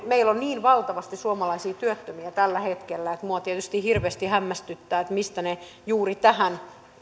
meillä on niin valtavasti suomalaisia työttömiä tällä hetkellä että minua tietysti hirveästi hämmästyttää mistä ne kaikki työpaikat juuri tähän